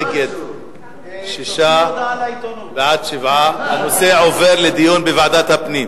7, נגד, 6. הנושא עובר לדיון בוועדת הפנים.